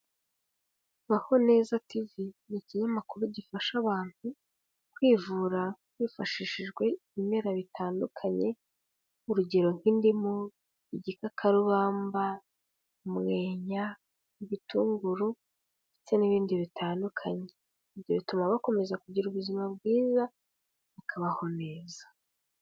Baho Neza tv ni ikinyamakuru gifasha abantu kwivura hifashishijwe ibimera bitandukanye urugero nk'indimu, igikakarubamba, umwenya, ibitunguru ndetse n'ibindi bitandukanye. Ibyo bituma bakomeza kugira ubuzima bwiza bakabaho neza.